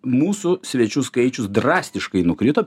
mūsų svečių skaičius drastiškai nukrito